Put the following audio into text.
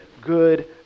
good